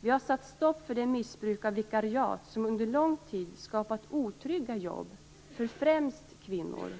Vi har satt stopp för det missbruk av vikariat som under lång tid skapat otrygga jobb för främst kvinnor.